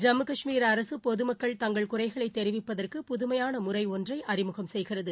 ஜம்மு காஷ்மீர் அரசு பொதுமக்கள் தங்கள் குறைகளை தெரிவிப்பதற்கு புதுமையான முறை ஒன்றை அறிமுகம் செய்கிறது